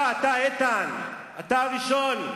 אתה, איתן, אתה הראשון.